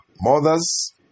mothers